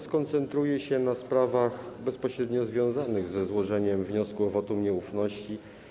Skoncentruję się na sprawach bezpośrednio związanych ze złożeniem wniosku o wotum nieufności.